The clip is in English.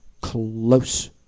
close